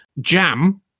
jam